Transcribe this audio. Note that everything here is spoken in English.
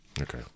okay